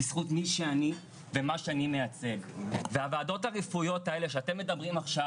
בזכות מי שאני ומה שאני מייצג והועדות הרפואיות האלה שאתם מדברים עכשיו,